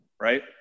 right